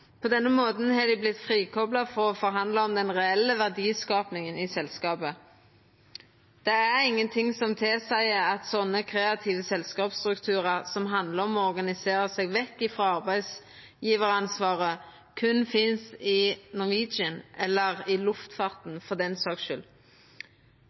På denne måten har dei vorte frikopla frå å forhandla om den reelle verdiskapinga i selskapet. Det er ingenting som tilseier at kreative selskapsstrukturar som handlar om å organisera seg vekk frå arbeidsgjevaransvaret, berre finst i Norwegian – eller i luftfarten,